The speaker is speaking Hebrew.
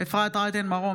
אפרת רייטן מרום,